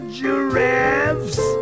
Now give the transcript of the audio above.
giraffes